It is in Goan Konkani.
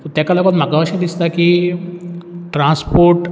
तेका लागोन म्हाका अशें दिसता की ट्रान्स्पोर्ट